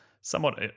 somewhat